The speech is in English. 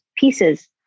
pieces